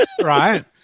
Right